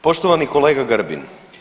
Poštovani kolega Grbin.